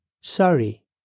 Sorry